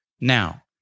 Now